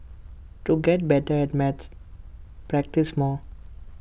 to get better at maths practise more